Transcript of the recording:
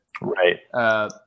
right